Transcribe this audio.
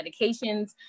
medications